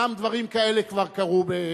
מצביעה כי גם דברים כאלה כבר קרו.